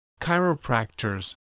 chiropractors